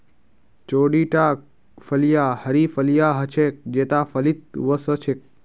चौड़ीटा फलियाँ हरी फलियां ह छेक जेता फलीत वो स छेक